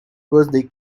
birthday